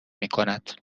میکند